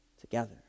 together